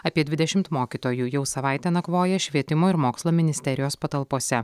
apie dvidešimt mokytojų jau savaitę nakvoja švietimo ir mokslo ministerijos patalpose